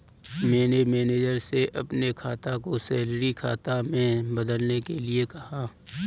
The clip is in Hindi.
मैंने मैनेजर से अपने खाता को सैलरी खाता में बदलने के लिए कहा